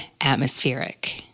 atmospheric